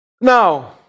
Now